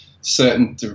certain